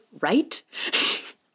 right